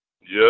Yes